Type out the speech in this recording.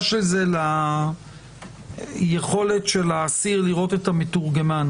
של זה ליכולת של האסיר לראות את המתורגמן.